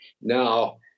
Now